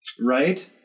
Right